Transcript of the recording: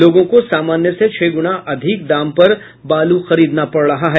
लोगों को सामान्य से छह गुणा अधिक दाम पर बालू खरीदना पड़ रहा है